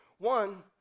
One